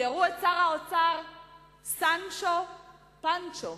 תיארו את שר האוצר כסנצ'ו פנצ'ו,